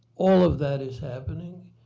all of that is happening.